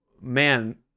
man